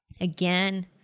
again